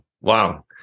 Wow